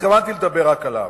התכוונתי לדבר רק עליו: